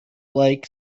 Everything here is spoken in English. like